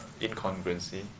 incongruency